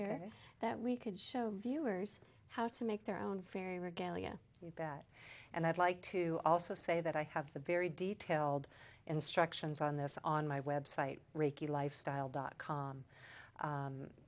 here that we could show viewers how to make their own very regalia you bet and i'd like to also say that i have the very detailed instructions on this on my website ricky lifestyle dot com